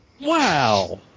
Wow